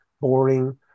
boring